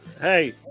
hey